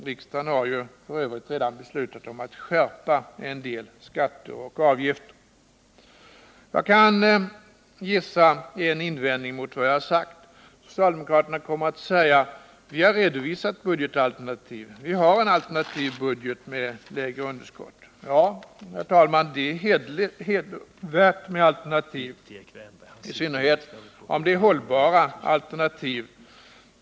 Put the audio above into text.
Riksdagen har f. ö. redan beslutat om att skärpa en del skatter och avgifter. Jag kan gissa en invändning mot vad jag har sagt. Socialdemokraterna kommer att säga: Vi har redovisat budgetalternativ. Vi har en alternativ budget med lägre underskott. Ja, herr talman, det är hedervärt med alternativ, i synnerhet om det är hållbara alternativ.